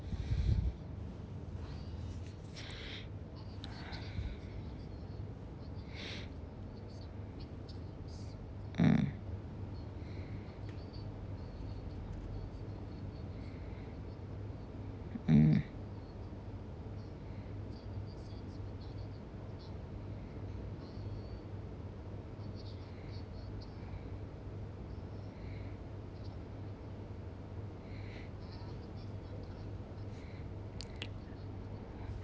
mm mm